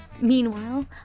Meanwhile